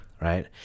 right